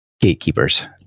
gatekeepers